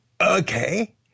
okay